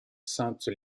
sainte